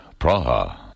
Praha